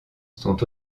sont